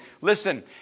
Listen